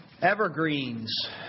Evergreens